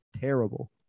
terrible